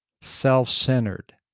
self-centered